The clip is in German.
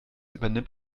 übernimmt